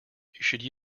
should